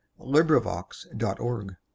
LibriVox.org